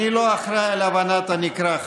אני לא אחראי להבנת הנקרא,